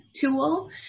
Tool